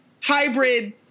hybrid